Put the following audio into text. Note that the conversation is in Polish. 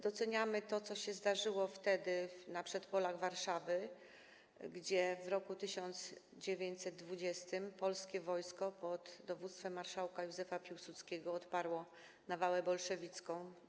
Doceniamy to, co się zdarzyło wtedy na przedpolach Warszawy, gdzie w roku 1920 polskie wojsko pod dowództwem marszałka Józefa Piłsudskiego odparło nawałę bolszewicką.